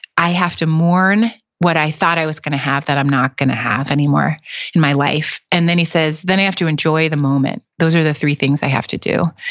i have to mourn what i thought i was going to have that i'm not going to have anymore in my life, and then he says, then i have to enjoy the moment. those are the three things i have to do.